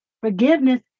Forgiveness